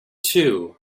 two